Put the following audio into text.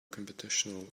computational